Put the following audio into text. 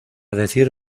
decir